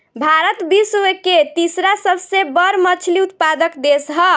भारत विश्व के तीसरा सबसे बड़ मछली उत्पादक देश ह